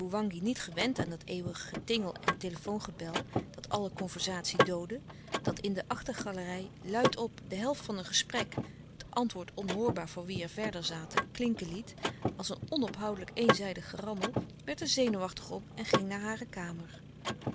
laboewangi niet gewend aan dat eeuwig getjingel en telefoongebel dat alle conversatie doodde dat in de achtergalerij luid op de helft van een gesprek het antwoord onhoorbaar voor wie er verder zaten klinken liet als een onophoudelijk eenzijdig gerammel werd er zenuwachtig om en ging naar hare kamer